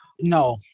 No